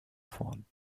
vorn